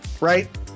right